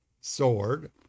sword